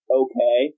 okay